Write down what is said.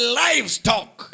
livestock